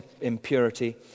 impurity